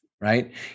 right